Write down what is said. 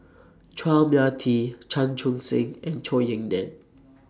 Chua Mia Tee Chan Chun Sing and Zhou Ying NAN